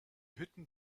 hütten